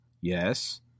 Yes